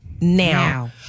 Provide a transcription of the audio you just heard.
now